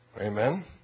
Amen